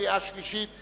בקריאה שלישית.